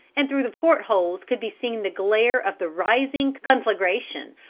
and through the port holes could be seen the glare of the rising conflagration,